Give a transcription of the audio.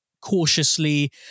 cautiously